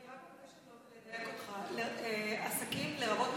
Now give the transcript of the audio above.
אני רק מבקשת לדייק אותך: עסקים, לרבות מסעדות,